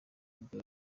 nibwo